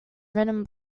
written